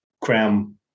cram